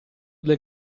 del